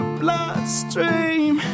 bloodstream